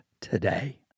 today